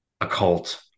occult